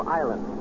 island